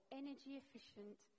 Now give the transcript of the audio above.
energy-efficient